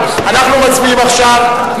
אנחנו מצביעים עכשיו,